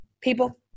People